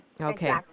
Okay